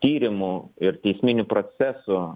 tyrimų ir teisminių procesų